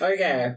Okay